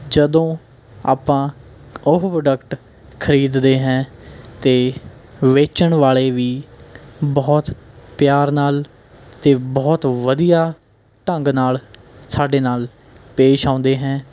ਜਦੋਂ ਆਪਾਂ ਉਹ ਪ੍ਰੋਡਕਟ ਖਰੀਦਦੇ ਹੈਂ ਅਤੇ ਵੇਚਣ ਵਾਲ਼ੇ ਵੀ ਬਹੁਤ ਪਿਆਰ ਨਾਲ ਅਤੇ ਬਹੁਤ ਵਧੀਆ ਢੰਗ ਨਾਲ਼ ਸਾਡੇ ਨਾਲ਼ ਪੇਸ਼ ਆਉਂਦੇ ਹੈਂ